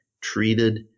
Treated